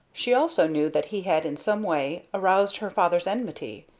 she also knew that he had in some way aroused her father's enmity.